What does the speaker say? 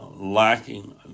lacking